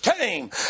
came